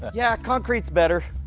ah yeah, concretes better.